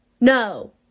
no